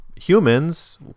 humans